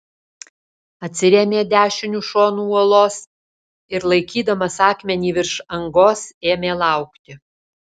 atsirėmė dešiniu šonu uolos ir laikydamas akmenį virš angos ėmė laukti